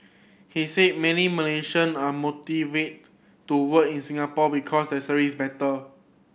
he said many Malaysian are motivated to work in Singapore because the salary is better